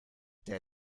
der